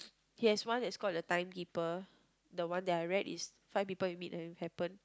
he has one that is called the Timekeeper the one that I read is five people that We Meet in Heaven